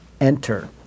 enter